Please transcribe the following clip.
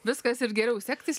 viskas ir geriau sektis